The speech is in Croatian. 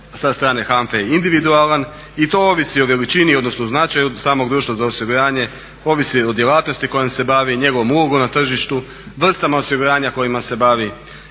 sa strane HANFA-e je individualan i to ovisi o veličini odnosno značaju samog društva za osiguranje, ovisi o djelatnosti kojom se bavi, njegovom ulogom na tržištu, vrstama osiguranja kojima se bavi